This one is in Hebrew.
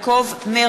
אינו נוכח